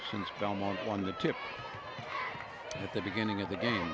since belmont won the chip at the beginning of the game